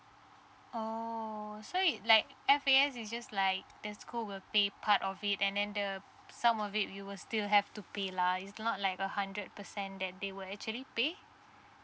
oh so it like F_A_S is just like that's school will pay part of it and then the some of it you will still have to pay lah it's not like a hundred percent that they will actually pay